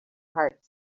heart